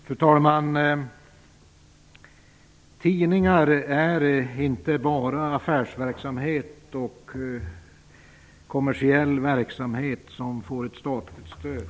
Fru talman! Tidningar är inte bara affärsverksamhet och kommersiell verksamhet som får ett statligt stöd.